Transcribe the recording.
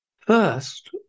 First